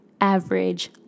average